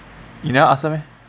you never ask her meh